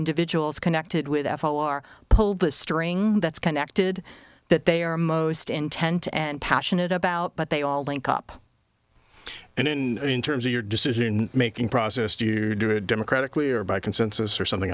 individuals connected with f o are pulled the string that's connected that they are most intent and passionate about but they all link up and in in terms of your decision making process to do it democratically or by consensus or something